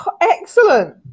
Excellent